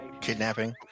kidnapping